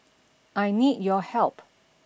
I need your help